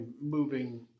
moving